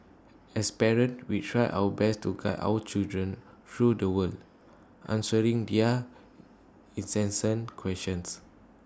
as parents we try our best to guide our children through the world answering their incessant questions